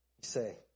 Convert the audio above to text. say